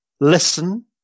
listen